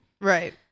right